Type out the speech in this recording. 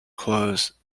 close